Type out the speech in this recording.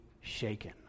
shaken